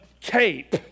cape